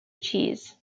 cheese